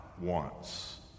wants